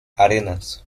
arenas